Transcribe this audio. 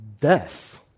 death